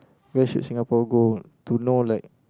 where should Singapore go to know like